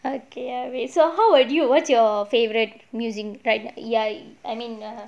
okay erby so how would you what's your favourite music right ya I mean err